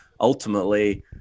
ultimately